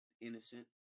innocent